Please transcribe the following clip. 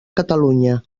catalunya